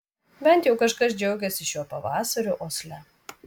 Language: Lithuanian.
bent jau kažkas džiaugėsi šiuo pavasariu osle